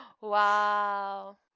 Wow